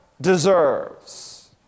deserves